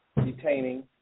detaining